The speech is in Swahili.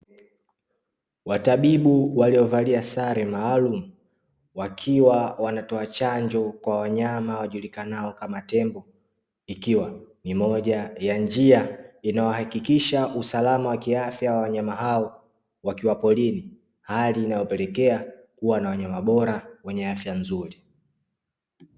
Matabibu waliovalia sare maalum wakiwa wanatoa chanjo, kwa wanyama wajulikanao kama tembo. Ikiwa ni moja ya njia inayohakikisha usalama wa kiafya wanyama hao, wakiwa porini. Hali inayopelekea kuwa na wanyama bora wenye afya nzuri.